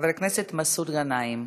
חבר הכנסת מסעוד גנאים.